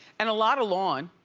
and a lot of lawn.